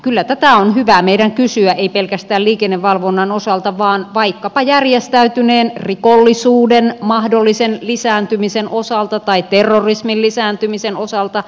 kyllä tätä on hyvä meidän kysyä ei pelkästään liikennevalvonnan osalta vaan vaikkapa järjestäytyneen rikollisuuden mahdollisen lisääntymisen osalta tai terrorismin lisääntymisen osalta